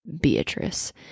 Beatrice